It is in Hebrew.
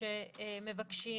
שמבקשים